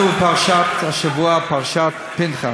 אנחנו השבוע בפרשת פנחס,